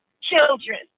children